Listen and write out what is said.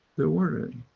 they weren't any.